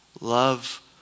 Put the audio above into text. love